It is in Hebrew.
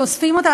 שאוספים אותם,